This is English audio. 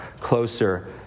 closer